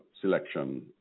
selection